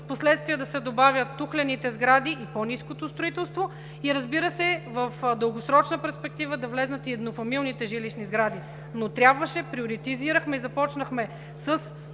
впоследствие да се добавят тухлените сгради и по-ниското строителство, и, разбира се, в дългосрочна перспектива да влязат и еднофамилните жилищни сгради, но трябваше, приоритизирахме и започнахме с